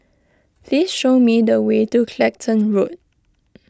please show me the way to Clacton Road